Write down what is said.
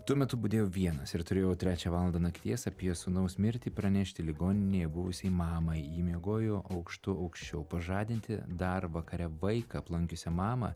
tuo metu budėjau vienas ir turėjau trečią valandą nakties apie sūnaus mirtį pranešti ligoninėje buvusiai mamai ji miegojo aukštu aukščiau pažadinti dar vakare vaiką aplankiusią mamą